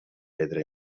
pedra